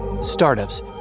Startups